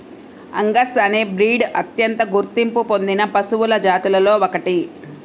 Angus అనే breed అత్యంత గుర్తింపు పొందిన పశువుల జాతులలో ఒకటి